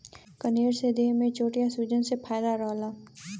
कनेर से देह में चोट या सूजन से फायदा रहला